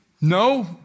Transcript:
No